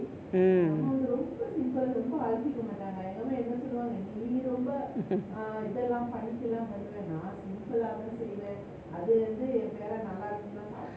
mm